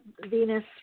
Venus